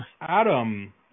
adam